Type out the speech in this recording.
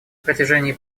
протяжении